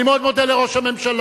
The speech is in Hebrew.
אני מאוד מודה לראש הממשלה,